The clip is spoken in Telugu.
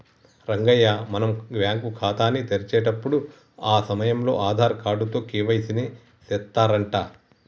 రంగయ్య మనం బ్యాంకు ఖాతాని తెరిచేటప్పుడు ఆ సమయంలో ఆధార్ కార్డు తో కే.వై.సి ని సెత్తారంట